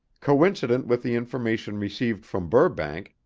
coincident with the information received from burbank,